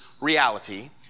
reality